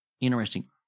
interesting